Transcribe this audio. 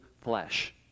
flesh